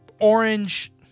orange